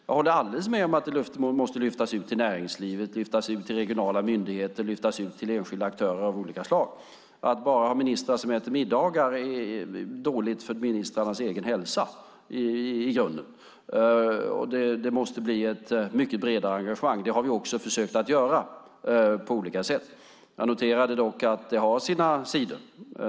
Jag håller alldeles med om att det måste lyftas ut till näringslivet, regionala myndigheter och enskilda aktörer av olika slag. Att bara ha ministrar som äter middagar är dåligt för ministrarnas egen hälsa i grunden. Det måste bli ett mycket bredare engagemang. Det har vi också försökt få till stånd på olika sätt. Jag noterar dock att det har sina sidor.